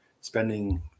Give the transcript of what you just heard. spending